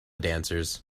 dancers